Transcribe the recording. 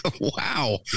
Wow